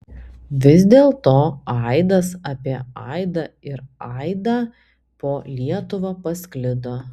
vis dėlto aidas apie aidą ir aidą po lietuvą pasklido